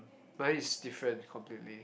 mine is different completely